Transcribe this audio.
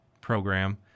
program